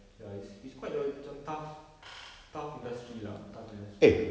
ya it's it's quite a macam tough tough industry lah tough industry